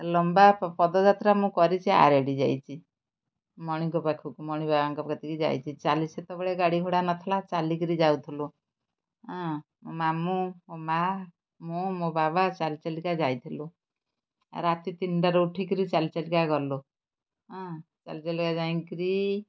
ଲମ୍ବା ପଦଯାତ୍ରା ମୁଁ କରିଛି ଆରେଡ଼ି ଯାଇଛି ମଣିଙ୍କ ପାଖକୁ ମଣି ବାବାଙ୍କ ପ୍ରତିକି ଯାଇଛି ଚାଲି ସେତେବେଳେ ଗାଡ଼ି ଘୋଡ଼ା ନଥିଲା ଚାଲିକିରି ଯାଉଥିଲୁ ହଁ ମୋ ମାମୁଁ ମୋ ମାଆ ମୁଁ ମୋ ବାବା ଚାଲି ଚାଲିକା ଯାଇଥିଲୁ ରାତି ତିନିଟାରେ ଉଠିକିରି ଚାଲି ଚାଲିକା ଗଲୁ ହଁ ଚାଲି ଚାଲିକା ଯାଇକିରି